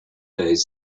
days